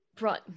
run